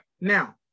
Now